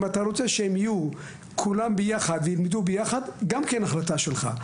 אם אתה רוצה שהם יהיו ביחד וילמדו ביחד גם זאת החלטה שלך,